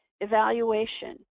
Evaluation